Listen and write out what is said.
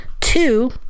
two